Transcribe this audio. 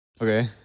okay